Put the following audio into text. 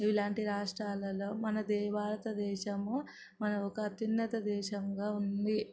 ఇలాంటి రాష్ట్రాలలో మనదే భారతదేశము మన ఒక అత్యున్నతదేశంగా ఉంది